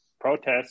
Protests